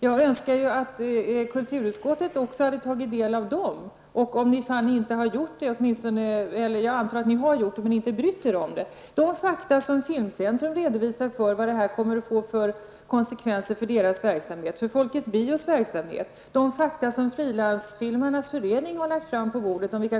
Jag antar att ledamöterna i kulturutskottet har tagit del även av dessa konsekvenser men inte brytt sig om dem. Filmcentrum redovisar vad detta kommer att få för konsekvenser för dess verksamhet. Det samma gäller Folkets Bio och Frilansfilmarnas förening.